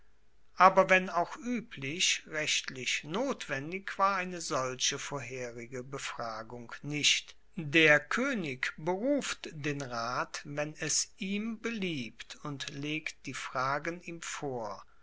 aber wenn auch ueblich rechtlich notwendig war eine solche vorherige befragung nicht der koenig beruft den rat wenn es ihm beliebt und legt die fragen ihm vor